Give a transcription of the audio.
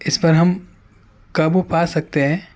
اس پر ہم قابو پا سکتے ہیں